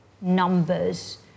numbers